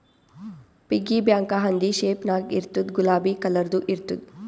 piggy bank ಹಂದಿ shape ನಾಗ್ ಇರ್ತುದ್ ಗುಲಾಬಿ ಕಲರ್ದು ಇರ್ತುದ್